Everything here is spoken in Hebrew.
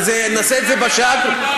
ונעשה את זה בשעה,